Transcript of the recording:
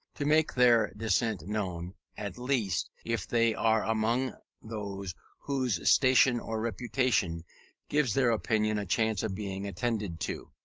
to make their dissent known at least, if they are among those whose station or reputation gives their opinion a chance of being attended to.